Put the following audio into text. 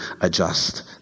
adjust